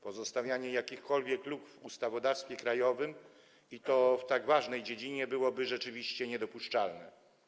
Pozostawianie jakichkolwiek luk w ustawodawstwie krajowym, i to w tak ważnej dziedzinie, byłoby rzeczywiście niedopuszczalne.